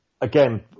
again